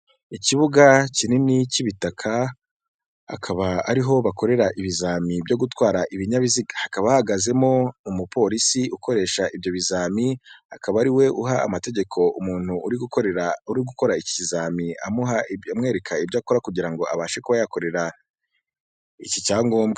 Ikibuga kinini cy'ibitaka akaba ariho bakorera ibizamini byo gutwara ibinyabiziga, hakaba hagazemo umupolisi ukoresha ibyo bizami. Akaba ariwe umuha amategeko umuntu uri gukora ikizamini amwereka ibyo akora kugirango abashe kuba yakorera iki cyangombwa.